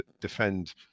defend